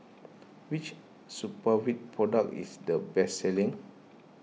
which Supravit product is the best selling